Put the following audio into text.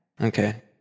Okay